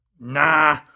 Nah